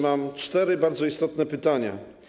Mam cztery bardzo istotne pytania.